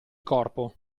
corpo